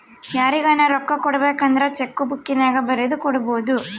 ಯಾರಿಗನ ರೊಕ್ಕ ಕೊಡಬೇಕಂದ್ರ ಚೆಕ್ಕು ಬುಕ್ಕಿನ್ಯಾಗ ಬರೆದು ಕೊಡಬೊದು